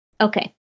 Okay